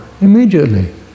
immediately